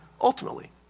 ultimately